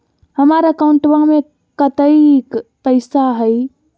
हमार अकाउंटवा में कतेइक पैसा हई?